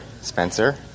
Spencer